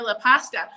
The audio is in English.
pasta